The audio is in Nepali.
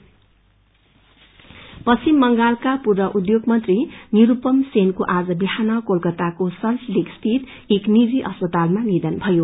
डिमाइस पश्चिम बंगालका पूर्व उध्योग मन्त्री निरूपमा सेनको आज बिहान कोलकाताको सल्ट लेकस्थित एक नीजि अस्पतालमा निधन भयो